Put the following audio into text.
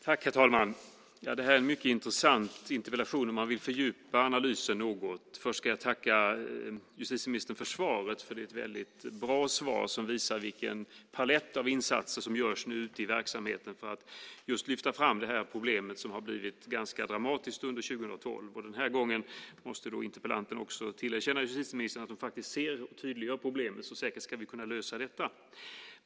Herr talman! Det här är en mycket intressant interpellation, om man vill fördjupa analysen något. Först ska jag tacka justitieministern för svaret, för det är ett väldigt bra svar, som visar vilken palett av insatser som nu görs ute i verksamheten för att just lyfta fram det här problemet som har blivit ganska dramatiskt under 2007. Den här gången måste interpellanten tillerkänna justitieministern att hon ser tydliga problem, så vi ska säkert kunna lösa detta.